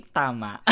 tama